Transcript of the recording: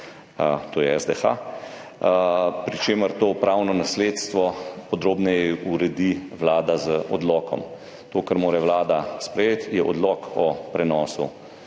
to je SDH, pri čemer to pravno nasledstvo podrobneje uredi Vlada z odlokom. To, kar mora Vlada sprejeti, je odlok o prenosu,